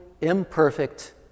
imperfect